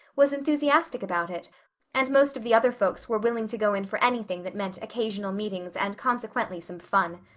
was enthusiastic about it and most of the other folks were willing to go in for anything that meant occasional meetings and consequently some fun.